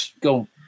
go